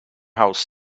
house